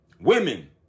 Women